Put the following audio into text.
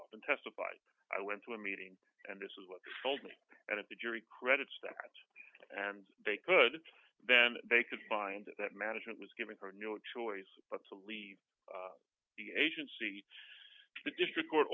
often testified i went to a meeting and this is what phoned me and if the jury credits that and they could then they could find that management was giving her a new choice but to leave the agency the district court